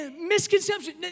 Misconception